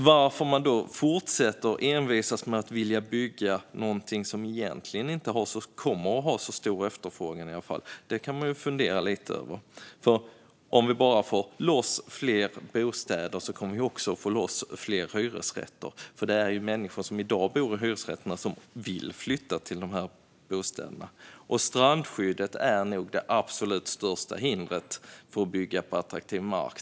Varför man då fortsätter envisas med att vilja bygga någonting som det egentligen inte kommer att finnas så stor efterfrågan på går att fundera lite över. Om vi bara får loss fler bostäder kommer vi också att få loss fler hyresrätter. Det är ju människor som i dag bor i hyresrätter som vill flytta till dessa bostäder. Strandskyddet är nog det absolut största hindret för att bygga på attraktiv mark.